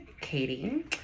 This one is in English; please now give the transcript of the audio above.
katie